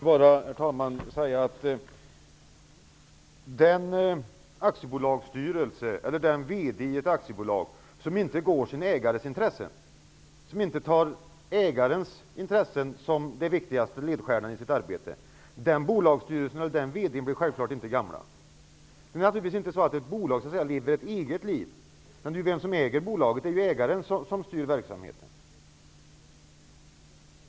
Herr talman! Den bolagsstyrelse och den VD i ett aktiebolag som inte tillvaratar sin ägares intressen, som inte uppfattar ägarens intressen som den viktigaste ledstjärnan i arbetet, blir självklart inte gamla på sina poster. Ett bolag lever, som sagt, inte ett eget liv. Det är ägaren av bolaget som styr verksamheten.